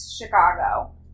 Chicago